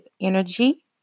energy